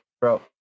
Bro